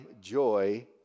joy